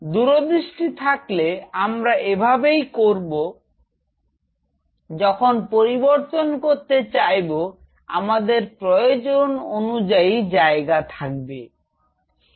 দূরদৃষ্টি থাকলে আমরা এভাবেই করবো চেয়ে যখন পরিবর্তন করতে চাইবো আমাদের প্রয়োজন অনুযায়ী জায়গা পাবো